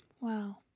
Wow